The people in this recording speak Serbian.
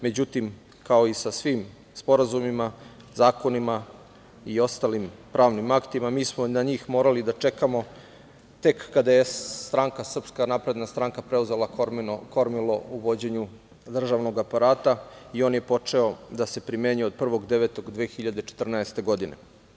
Međutim, kao i sa svim sporazumima, zakonima i ostalim pravnim aktima mi smo na njih morali da čekamo tek kada je stranka SNS preuzela kormilo u vođenju državnog aparata i on je počeo da se primenjuje od 1.9.2014. godine.